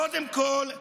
קודם כול,